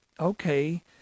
Okay